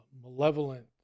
malevolent